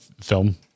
film